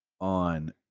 on